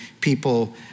people